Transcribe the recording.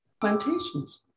plantations